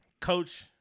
coach